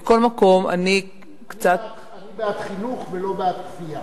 מכל מקום, אני קצת, אני בעד חינוך ולא בעד כפייה.